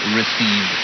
receive